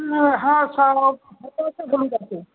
হ্যাঁ সব